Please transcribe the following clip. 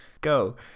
go